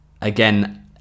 Again